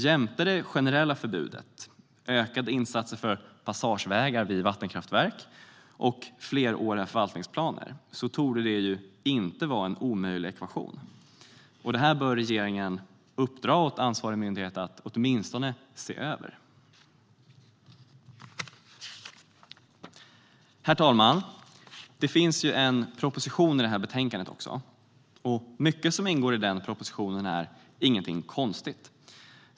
Jämte det generella förbudet, ökade insatser för passagevägar vid vattenkraftverk och fleråriga förvaltningsplaner torde det inte vara en omöjlig ekvation. Det här bör regeringen uppdra åt ansvarig myndighet att åtminstone se över. Herr talman! Det finns ju en proposition i det här betänkandet också. Mycket av det som ingår i den propositionen är ingenting konstigt.